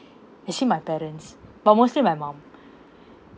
actually my parents but mostly my mum